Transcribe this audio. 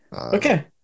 Okay